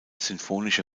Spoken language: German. sinfonische